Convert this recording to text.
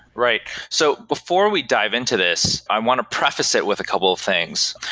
right. so before we dive into this, i want to preface it with a couple of things.